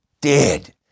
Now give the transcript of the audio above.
dead